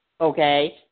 okay